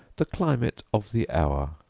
the climate of the hour.